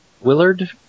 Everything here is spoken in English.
Willard